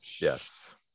Yes